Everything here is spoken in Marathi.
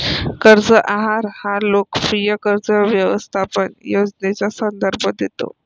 कर्ज आहार हा लोकप्रिय कर्ज व्यवस्थापन योजनेचा संदर्भ देतो